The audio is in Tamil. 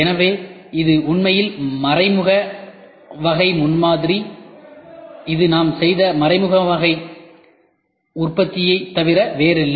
எனவே இது உண்மையில் மறைமுக வகை முன்மாதிரி இது நாம் செய்த மறைமுக வகை உற்பத்தியைத் தவிர வேறில்லை